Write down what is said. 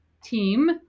team